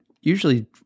usually